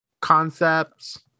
Concepts